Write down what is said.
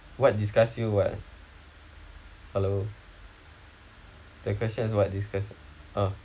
what disgusts you what hello the question is what disgusts uh